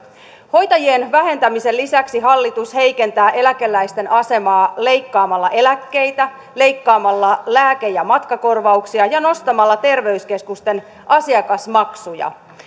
hoitajien vähentämisen lisäksi hallitus heikentää eläkeläisten asemaa leikkaamalla eläkkeitä leikkaamalla lääke ja matkakorvauksia ja nostamalla terveyskeskusten asiakasmaksuja